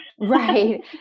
Right